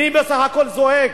מי בסך הכול זועק,